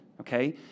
okay